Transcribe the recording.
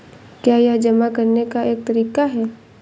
क्या यह जमा करने का एक तरीका है?